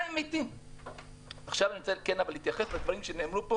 אני רוצה להתייחס לדברים שנאמרו פה